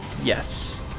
Yes